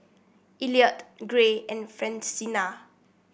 Elliot Gray and Francina